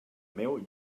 meu